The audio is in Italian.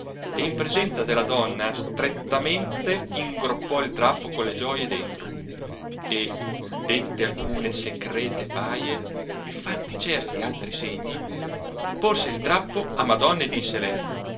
e in presenza della donna strettamente ingroppò il drappo con le gioie dentro e dette alcune secrete baie e fatti certi altri segni porse il drappo a madonna e dissele